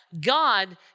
God